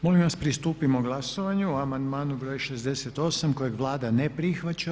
Molim vas pristupimo glasovanju o amandmanu broj 68. kojeg Vlada ne prihvaća.